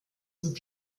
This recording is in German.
zum